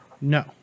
No